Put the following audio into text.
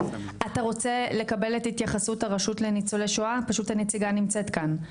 פשוט, הנציגה נמצאת כאן.